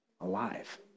alive